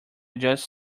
just